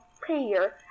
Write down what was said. prayer